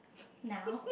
now